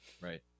Right